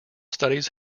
studies